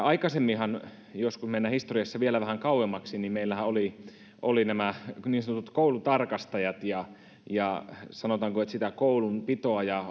aikaisemminhan jos mennään historiassa vielä vähän kauemmaksi meillähän oli nämä niin sanotut koulutarkastajat ja ja sanotaanko että sitä koulunpitoa ja